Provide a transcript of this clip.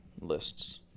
lists